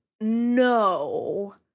no